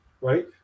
right